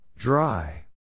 Dry